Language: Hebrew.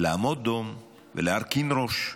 לעמוד דום ולהרכין ראש,